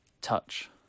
touch